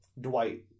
Dwight